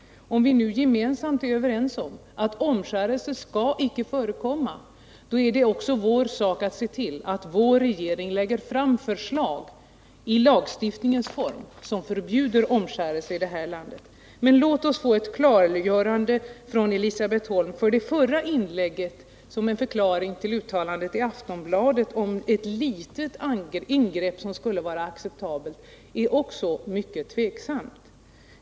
Om vi nu är överens om att omskärelse icke skall förekomma, då är det också vår sak att se till att vår regering lägger fram förslag i lagstiftningéns form som förbjuder omskärelse i det här landet. Men låt oss få ett klargörande från Elisabet Holm av det förra inlägget som en förklaring till uttalandet i Aftonbladet om ett litet ingrepp som skulle vara acceptabelt, för det är också mycket tveksamt.